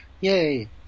Yay